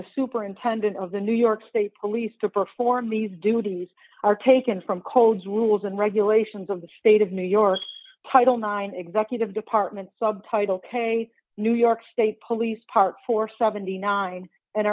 the superintendent of the new york state police to perform these duties are taken from codes rules and regulations of the state of new york title nine executive department subtitle k new york state police part four hundred and seventy nine and